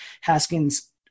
Haskins